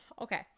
Okay